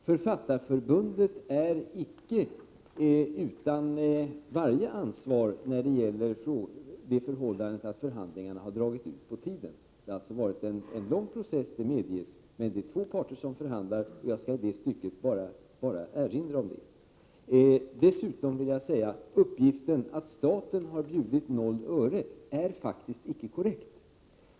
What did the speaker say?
Författarförbundet är icke utan varje ansvar när det gäller det förhållandet att förhandlingarna har dragit ut på tiden. Det har alltså varit en lång process — det medges —, men det är två parter som förhandlar. Jag vill i det stycket bara erinra om den saken. Dessutom vill jag säga att uppgiften att staten har bjudit 0 öre icke är korrekt.